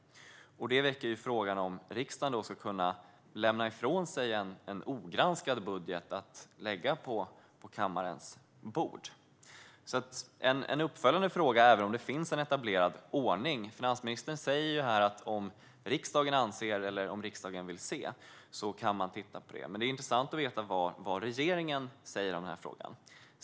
Det väcker ju frågan om riksdagen ska kunna lägga en budget som inte har granskats på kammarens bord. Även om det finns en etablerad ordning har jag därför en uppföljande fråga. Finansministern säger att man kan titta på detta "om riksdagen anser" att det ska göras, men det vore intressant att få veta vad regeringen säger om frågan.